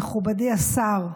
מכובדי השר.